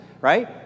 right